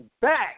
back